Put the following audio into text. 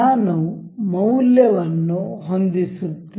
ನಾನು ಮೌಲ್ಯವನ್ನು ಹೊಂದಿಸುತ್ತಿದ್ದೇನೆ